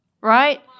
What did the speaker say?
right